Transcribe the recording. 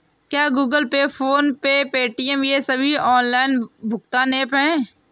क्या Google Pay PhonePe Paytm ये सभी ऑनलाइन भुगतान ऐप हैं?